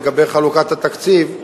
לגבי חלוקת התקציב,